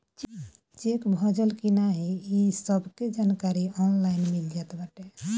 check भजल की नाही इ सबके जानकारी ऑनलाइन मिल जात बाटे